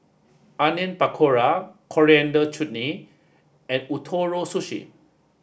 Onion Pakora Coriander Chutney and Ootoro Sushi